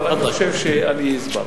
אני חושב שהסברתי.